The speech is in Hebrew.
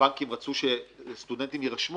כשהבנקים רצו שסטודנטים יירשמו